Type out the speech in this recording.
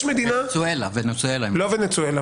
לא ונצואלה.